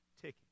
ticking